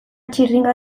txirringa